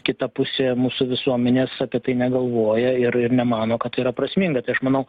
kita pusė mūsų visuomenės apie tai negalvoja ir ir nemano kad yra prasminga tai aš manau